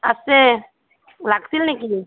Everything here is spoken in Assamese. আছে লাগিছিল নেকি